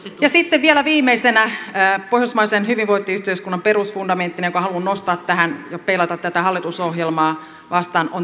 ja sitten vielä viimeisenä pohjoismaisen hyvinvointiyhteiskunnan perusfundamenttina jonka haluan nostaa tähän ja peilata tätä hallitusohjelmaa vastaan on tasa arvo